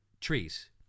trees